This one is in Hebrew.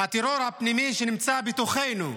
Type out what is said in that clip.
הטרור הפנימי שנמצא בתוכנו.